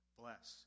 bless